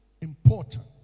important